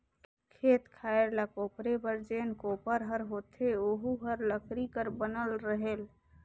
खेत खायर ल कोपरे बर जेन कोपर हर होथे ओहू हर लकरी कर बनल रहेल